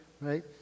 right